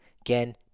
Again